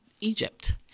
Egypt